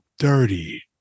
dirty